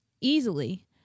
easily